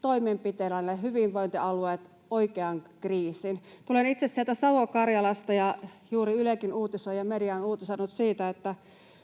toimenpiteillänne hyvinvointialueet oikeaan kriisiin. Tulen itse Savo-Karjalasta, ja juuri Ylekin uutisoi ja media on uutisoinut siitä, että